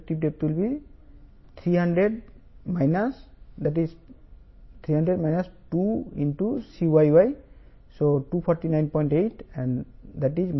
1 249